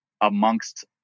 amongst